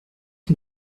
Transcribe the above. que